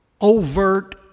overt